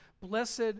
blessed